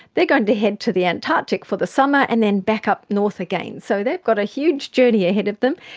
they are going to head to the antarctic for the summer and then back up north again. so they've got a huge journey ahead of them.